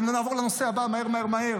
ונעבור לנושא הבא מהר מהר,